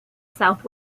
south